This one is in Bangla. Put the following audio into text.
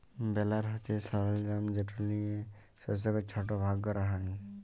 বেলার হছে সরলজাম যেট লিয়ে শস্যকে ছট ভাগ ক্যরা হ্যয়